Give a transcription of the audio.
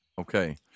Okay